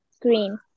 Green